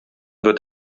wird